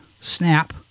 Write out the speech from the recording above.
snap